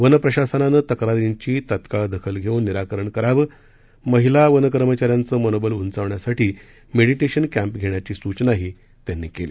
one प्रशासनानं तक्रारींची तत्काळ दखल धेऊन निराकरण करावं महिला वनकर्मचाऱ्यांचे मनोबल उंचावण्यासाठी मेडिटेशन कॅम्प घेण्याचीही सूचनाही त्यांनी केली